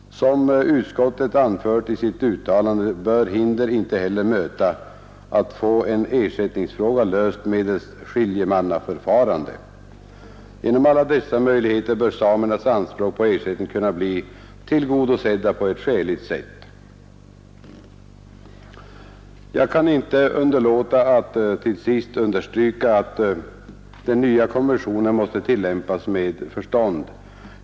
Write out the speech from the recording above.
Som jordbruksutskottet anfört i sitt betänkande bör hinder inte heller möta att få en ersättningsfråga löst medelst skiljemannaförfarande. Genom alla dessa möjligheter bör samernas anspråk på ersättning kunna bli tillgodosedda på ett skäligt sätt. Jag kan inte underlåta att till sist understryka att den nya konventionen måste tillämpas med förstånd.